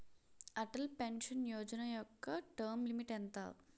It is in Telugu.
అటల్ పెన్షన్ యోజన యెక్క టర్మ్ లిమిట్ ఎంత?